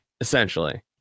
Essentially